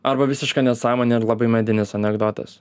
arba visiška nesąmonė ir labai medinis anekdotas